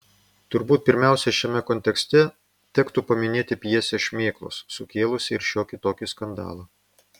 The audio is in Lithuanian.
turbūt pirmiausia šiame kontekste tektų paminėti pjesę šmėklos sukėlusią ir šiokį tokį skandalą